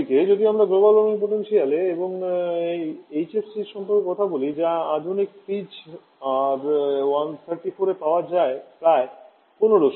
অন্যদিকে যদি আমরা গ্লোবাল ওয়ার্মিং পোটেনশিয়াল এবং এইচএফসি সম্পর্কে কথা বলি যা আধুনিক ফ্রিজ আর 134 এ যা প্রায় 1500